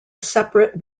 separate